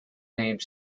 named